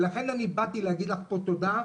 ולכן אני באתי להגיד לך פה תודה,